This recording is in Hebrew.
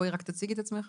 בואי רק תציגי את עצמך.